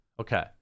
Okay